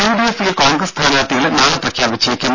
യുഡിഎഫിൽ കോൺഗ്രസ് സ്ഥാനാർത്ഥികളെ നാളെ പ്രഖ്യാപിച്ചേക്കും